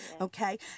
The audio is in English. Okay